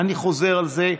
אני חוזר על זה.